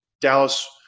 Dallas